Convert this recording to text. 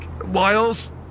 Wiles